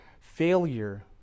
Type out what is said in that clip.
failure